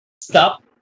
Stop